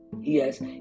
Yes